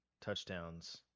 touchdowns